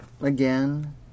again